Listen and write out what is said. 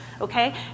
Okay